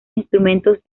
instrumentos